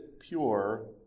pure